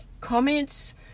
comments